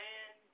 Man